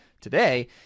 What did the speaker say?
today